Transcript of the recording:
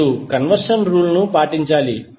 మీరు conversion rule ను పాటించాలి